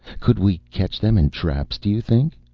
could we catch them in traps, do you think?